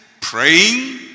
Praying